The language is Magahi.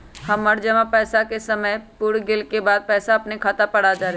हमर जमा पैसा के समय पुर गेल के बाद पैसा अपने खाता पर आ जाले?